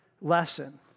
lesson